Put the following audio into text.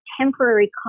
temporary